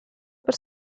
per